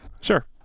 Sure